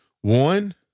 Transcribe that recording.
One